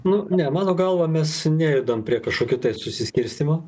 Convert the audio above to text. nu ne mano galva mes nejudame prie kažkokių tai susiskirstymo